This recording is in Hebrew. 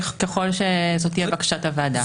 ככל שזו תהיה בקשת הוועדה.